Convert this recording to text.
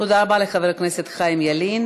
תודה רבה לחבר הכנסת חיים ילין.